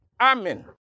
Amen